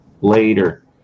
later